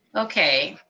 okay.